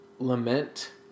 lament